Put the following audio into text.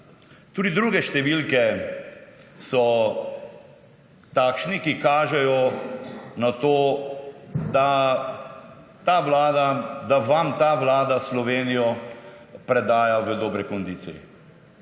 Tudi druge številke so takšne, da kažejo na to, da vam ta vlada Slovenijo predaja v dobri kondiciji.